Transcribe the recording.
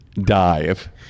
dive